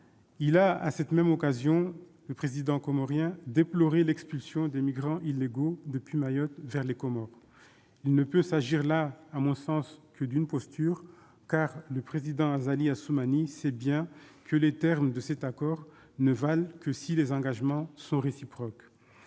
À cette même occasion, le Président comorien a déploré l'expulsion des immigrants illégaux depuis Mayotte vers les Comores. Il ne peut s'agir, à mon sens, que d'une posture, car le président Azali Assoumani sait bien que les termes de cet accord ne valent que si les engagements sont réciproques.